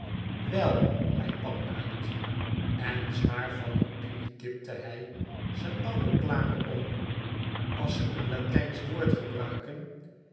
lei pam uit en zwaar van opinie tipte hij z'n ouwe klare om as ze n latijnsch woord gebruikten